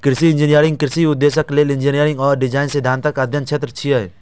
कृषि इंजीनियरिंग कृषि उद्देश्य लेल इंजीनियरिंग आ डिजाइन सिद्धांतक अध्ययनक क्षेत्र छियै